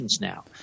now